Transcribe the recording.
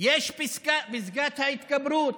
ויש פיסקת ההתגברות.